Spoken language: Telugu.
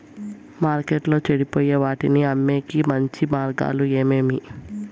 మార్కెట్టులో చెడిపోయే వాటిని అమ్మేకి మంచి మార్గాలు ఏమేమి